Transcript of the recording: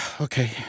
okay